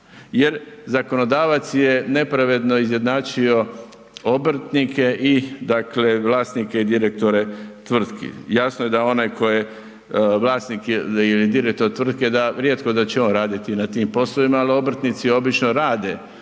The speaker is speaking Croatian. Jer zakonodavac je nepravedno izjednačio obrtnike i dakle vlasnike i direktore tvrtki. Jasno je da onaj tko je vlasnik ili direktor tvrtke da rijetko da će on raditi na tim poslovima, ali obrtnici obično rade